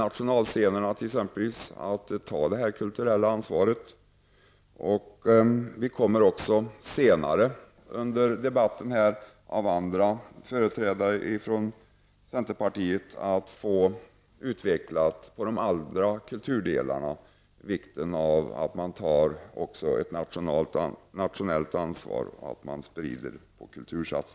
Andra företrädare för centerpartiet kommer att senare under debatten när det gäller andra delar av kulturen att utveckla vikten av ett nationellt ansvar för att kultursatsningar sprids över landet.